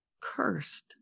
cursed